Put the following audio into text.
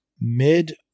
mid